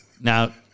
Now